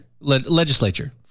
legislature